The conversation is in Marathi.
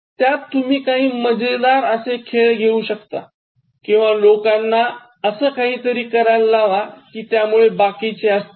त्यात तुम्ही काही मजेदार असे खेळ घेऊ शकता किंवा लोकांना असं काहीतरी करायला लावा कि त्यामुळे बाकीचे हसतील